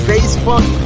Facebook